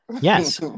Yes